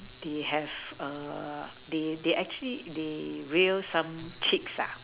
they have a they they actually they reel some chicks ah